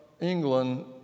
England